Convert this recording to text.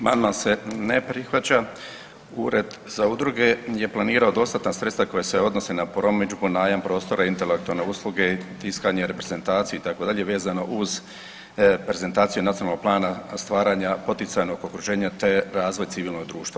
Amandman se ne prihvaća, Ured za udruge je planirao dostatna sredstva koja se odnose na promidžbu, najam prostora, intelektualne usluge, tiskanje, reprezentaciju vezano uz prezentaciju Nacionalnog plana stvaranja poticajnog okruženja te razvoj civilnog društva.